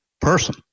person